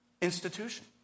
Institution